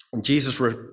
Jesus